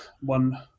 one